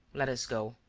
let us go.